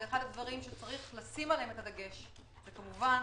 אחד הדברים שצריך לשים עליהם דגש הוא כמובן